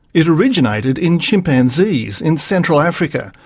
it originated in chimpanzees in central africa,